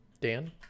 Dan